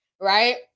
right